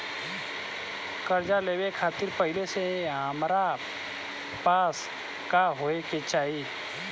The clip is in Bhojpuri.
कर्जा लेवे खातिर पहिले से हमरा पास का होए के चाही?